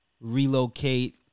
relocate